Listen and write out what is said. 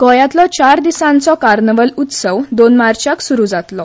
गोंयांतलो चार दिसांचो कार्नावाल उत्सव दोन मार्चाक सुरू जातलो